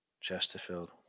Chesterfield